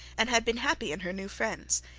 and had been happy in her new friends.